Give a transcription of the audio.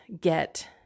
get